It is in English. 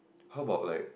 how about like